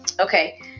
Okay